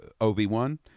Obi-Wan